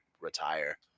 retire